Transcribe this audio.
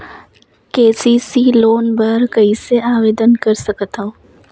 KCC loan बर कइसे आवेदन कर सकथव?